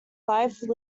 life